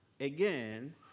again